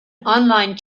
online